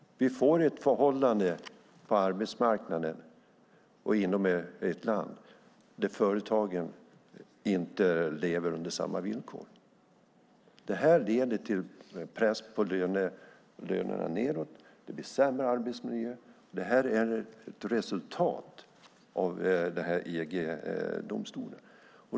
Vi får ett förhållande på arbetsmarknaden och inom ett land där företagen inte lever under samma villkor. Det leder till press på lönerna nedåt, och det blir sämre arbetsmiljö. Det här är ett resultat av EG-domstolen.